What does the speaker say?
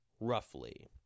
roughly